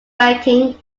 banking